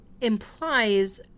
implies